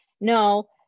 no